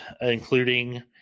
including